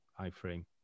iframe